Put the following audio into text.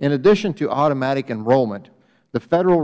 in addition to automatic enrollment the federal